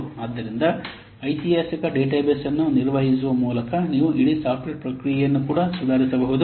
ಆದ್ದರಿಂದ ಐತಿಹಾಸಿಕ ಡೇಟಾಬೇಸ್ ಅನ್ನು ನಿರ್ವಹಿಸುವ ಮೂಲಕ ನೀವು ಇಡೀ ಸಾಫ್ಟ್ವೇರ್ ಪ್ರಕ್ರಿಯೆಯನ್ನು ಕೂಡ ಸುಧಾರಿಸಬಹುದು